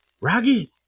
Raggy